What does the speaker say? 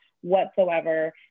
whatsoever